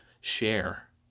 share